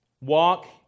Walk